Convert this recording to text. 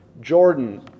Jordan